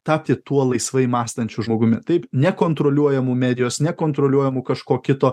tapti tuo laisvai mąstančiu žmogumi taip nekontroliuojamu medijos nekontroliuojamu kažko kito